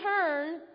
turn